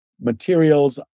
materials